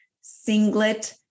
singlet